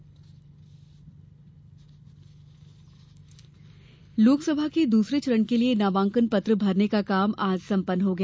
नामांकन पत्र लोकसभा के दूसरे चरण के लिए नामांकन पत्र भरने का काम आज सम्पन्न हो गया